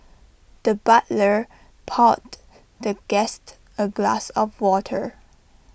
the butler poured the guest A glass of water